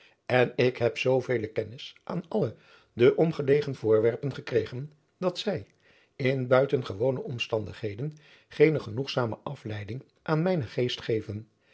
en ik heb zoovele kennis aan alle de omgelegen voorwerpen gekregen dat zij in buitengewone omstandigheden geene genoegzame afleiding aan mijnen geest geven